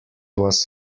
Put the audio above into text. was